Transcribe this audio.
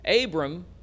Abram